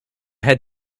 had